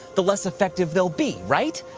the less effective they'll be, right?